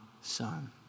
son